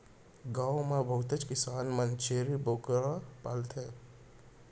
गॉव म बहुते किसान मन छेरी बोकरा पालथें